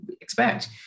expect